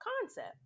concept